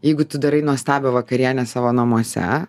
jeigu tu darai nuostabią vakarienę savo namuose